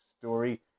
Story